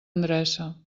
endreça